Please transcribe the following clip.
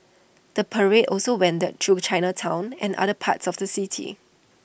the parade also wended through Chinatown and other parts of the city